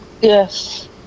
Yes